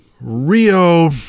Rio